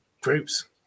groups